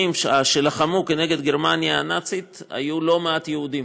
שלחמו כנגד גרמניה הנאצית היו לא מעט יהודים,